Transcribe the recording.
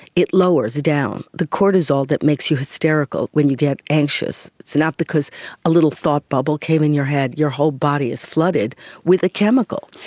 it lowers down the cortisol that makes you hysterical when you get anxious. it's not because a little thought bubble came in your head, your whole body is flooded with a chemical.